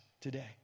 today